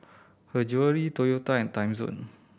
Her Jewellery Toyota and Timezone